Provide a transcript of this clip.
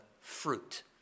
fruit